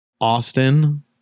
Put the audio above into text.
Austin